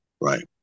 Right